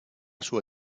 sua